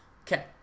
Okay